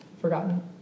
forgotten